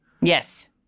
Yes